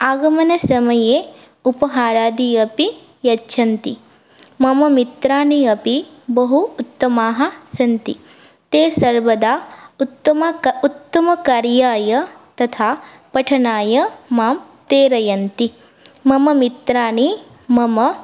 आगमनसमये उपहारादि अपि यच्छन्ति मम मित्राणि अपि बहु उत्तमानि सन्ति ते सर्वदा उत्तम कार्याय तथा पठनाय मां प्रेरयन्ति मम मित्राणि मम